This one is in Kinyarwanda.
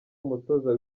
umutoza